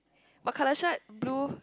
what colour shirt blue